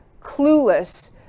clueless